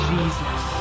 Jesus